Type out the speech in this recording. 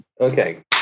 okay